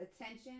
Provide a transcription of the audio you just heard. attention